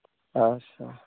ᱟᱪᱪᱷᱟ